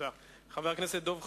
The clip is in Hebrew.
חבר הכנסת דב חנין,